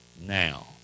now